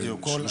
בדיוק,